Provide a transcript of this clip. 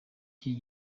gihe